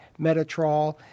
Metatrol